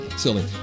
Silly